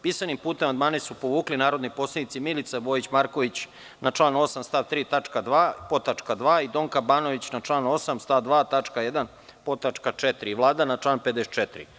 Pisanim putem, amandmane su povukli narodni poslanici Milica Vojić Marković na član 8. stav 3. tačka 2) podtačka (2) i Donka Banović na član 8. stav 2. tačka 1) podtačka (4) i Vlada na član 54.